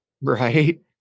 Right